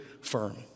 firm